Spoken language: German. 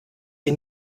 sie